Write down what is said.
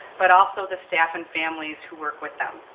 but also the staff and families who work with them.